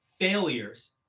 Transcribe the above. failures